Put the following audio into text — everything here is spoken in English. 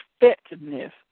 effectiveness